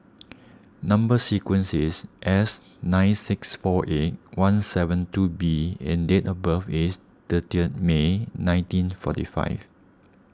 Number Sequence is S nine six four eight one seven two B and date of birth is thirtieth May nineteen forty five